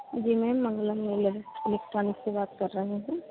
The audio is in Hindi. जी मेम मंगलम इलेक्ट्रोनिक्स से बात कर रहे हैं